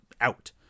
out